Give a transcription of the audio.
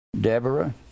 Deborah